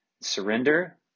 surrender